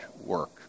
work